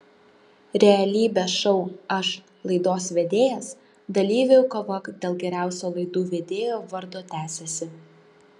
realybės šou aš laidos vedėjas dalyvių kova dėl geriausio laidų vedėjo vardo tęsiasi